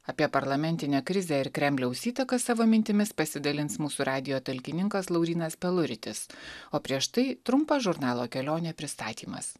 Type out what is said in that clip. apie parlamentinę krizę ir kremliaus įtaką savo mintimis pasidalins mūsų radijo talkininkas laurynas peluritis o prieš tai trumpas žurnalo kelionė pristatymas